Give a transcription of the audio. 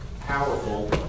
powerful